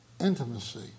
intimacy